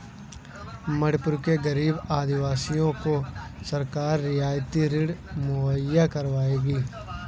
मणिपुर के गरीब आदिवासियों को सरकार रियायती ऋण मुहैया करवाएगी